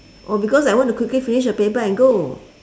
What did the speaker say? oh because I want to quickly finish the paper and go